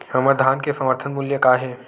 हमर धान के समर्थन मूल्य का हे?